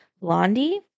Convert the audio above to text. Blondie